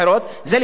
זה לפי דעתי.